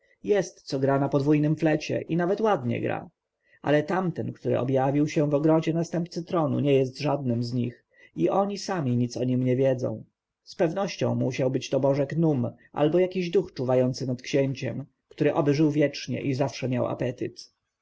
co gra na podwójnym flecie i nawet ładnie gra ale tamten który objawił się w ogrodzie następcy tronu nie jest żadnym z nich i oni sami nic o tem nie wiedzą z pewnością musiał to być bożek num albo jakiś duch czuwający nad księciem który oby żył wiecznie i zawsze miał apetyt